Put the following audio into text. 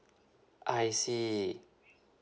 I see